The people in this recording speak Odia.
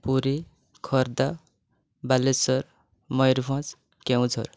ପୁରୀ ଖୋର୍ଦ୍ଧା ବାଲେଶ୍ଵର ମୟୁରଭଞ୍ଜ କେଉଁଝର